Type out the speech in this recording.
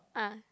ah